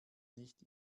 nicht